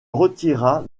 retira